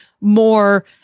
more